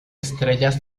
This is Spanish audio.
estrellas